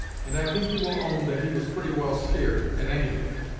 and i think you will own that he was pretty well skeared, at any rate.